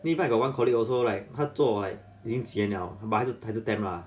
eh but I got one colleague also like 他做 like 年前了 but 他是 temp lah